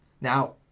Now